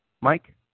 Mike